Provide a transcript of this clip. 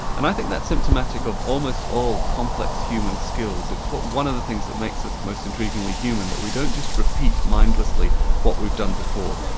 and i think that's symptomatic of almost all complex human skills. it's one of the things that makes us most intriguingly human, that we don't just repeat mindlessly what we've done before,